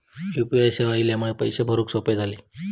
U P I सेवा इल्यामुळे पैशे भरुक सोपे झाले